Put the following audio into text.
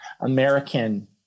American